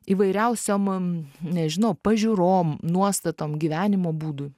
įvairiausiom nežinau pažiūrom nuostatom gyvenimo būdui